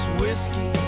whiskey